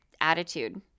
attitude